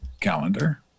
calendar